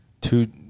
two